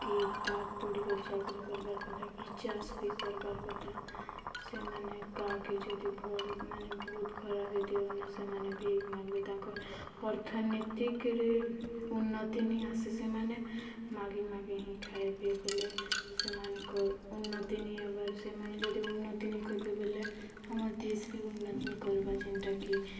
କି ପାଠ୍ ପଢ଼ି କରି ଚାକରି କର୍ବାର୍ କଥା କି ଚାଷ ବି କର୍ବାର୍ କଥା ସେମାନେ ଗାକେ ଯଦି ଭଲ୍ ମାନେ ବହୁତ ଖରାପ ହେ ଦେଉନେ ସେମାନେ ବି ମାଗିବେ ତାଙ୍କ ଅର୍ଥନୀତିକରେ ଉନ୍ନତି ନି ଆସେ ସେମାନେ ମାଗେ ମାଗେ ହିଁ ଖାଇବେ ବଲେ ସେମାନଙ୍କର ଉନ୍ନତି ନି ହବାର ସେମାନେ ଯଦି ଉନ୍ନତି ନି କରିବେ ବଲେ ଆମର୍ ଦେଶ ବି ଉନ୍ନତି ନ କର୍ବା ଯେନ୍ଟାକି